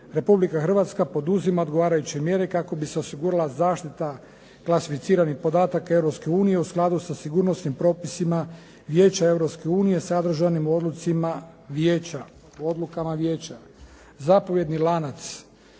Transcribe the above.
Republika Hrvatska poduzima odgovarajuće mjere kako bi se osigurala zaštita klasificiranih podataka Europske unije u skladu sa sigurnosnim propisima Vijeća Europske unije sadržanim u odlukama vijeća. Zapovjedni lanad,